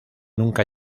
nunca